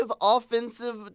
offensive